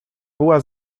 była